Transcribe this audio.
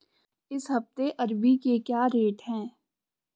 इस हफ्ते अरबी के क्या रेट हैं?